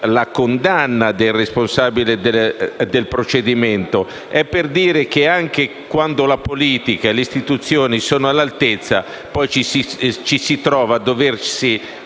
la condanna del responsabile del procedimento. Anche quando la politica e le istituzioni sono all'altezza, poi ci si trova a doversi